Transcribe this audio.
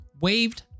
waved